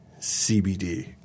CBD